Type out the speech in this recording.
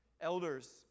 Elders